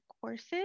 courses